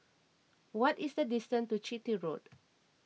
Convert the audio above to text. what is the distance to Chitty Road